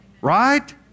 right